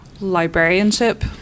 librarianship